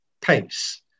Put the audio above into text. pace